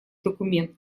документ